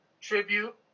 tribute